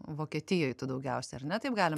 vokietijoj tu daugiausiai ar ne taip galima